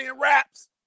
raps